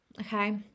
Okay